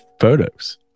photos